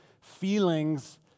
feelings